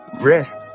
Rest